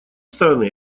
стороны